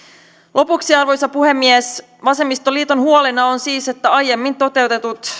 lopuksi arvoisa puhemies vasemmistoliiton huolena on siis että aiemmin toteutetut